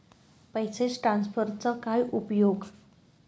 पैसे ट्रान्सफरचा काय उपयोग?